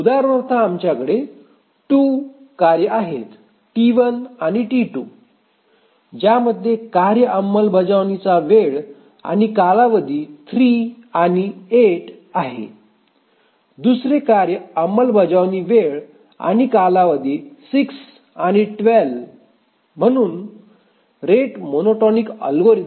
उदाहरणार्थ आमच्याकडे 2 कार्ये आहेत T 1 आणि T 2 ज्यामध्ये कार्य अंमलबजावणीचा वेळ आणि कालावधी 3 आणि 8 आहे आणि दुसरे कार्य अंमलबजावणी वेळ आणि कालावधी 6 आणि 12 म्हणून रेट मोनोटोनिक अल्गोरिदम